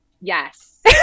yes